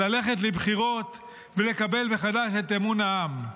ללכת לבחירות ולקבל מחדש את אמון העם.